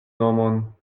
nomon